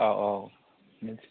औ औ